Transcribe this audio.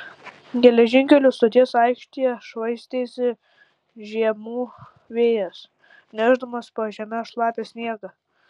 geležinkelio stoties aikštėje švaistėsi žiemių vėjas nešdamas pažeme šlapią sniegą